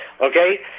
Okay